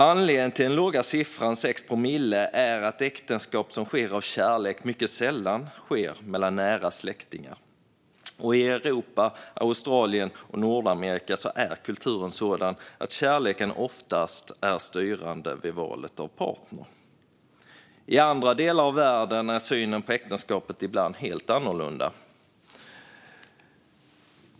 Anledningen till den låga siffran 6 promille är att äktenskap som ingås av kärlek mycket sällan ingås mellan nära släktingar. I Europa, Australien och Nordamerika är kulturen sådan att kärleken oftast är styrande vid val av partner. I andra delar av världen är synen på äktenskapet ibland helt annorlunda.